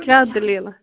کیٛاہ دٔلیٖلاہ